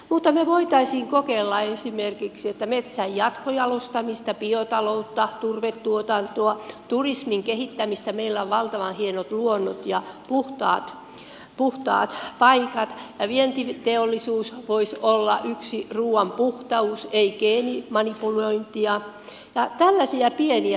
mutta me voisimme kokeilla esimerkiksi metsän jatkojalostamista biotaloutta turvetuotantoa turismin kehittämistä meillä on valtavat hienot luonnot ja puhtaat paikat ja vientiteollisuus voisi olla yksi ruuan puhtaus ei geenimanipulointia ja tällaisia pieniä